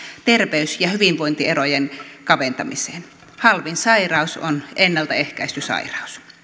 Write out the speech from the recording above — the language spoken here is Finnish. terveys ja hyvinvointierojen kaventamiseen halvin sairaus on ennalta ehkäisty sairaus